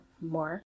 more